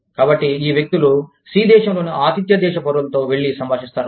కాబట్టి ఈ వ్యక్తులు C దేశంలోని ఆతిథ్య దేశ పౌరులతో వెళ్లి సంభాషిస్తారు